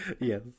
Yes